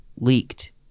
leaked